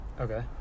okay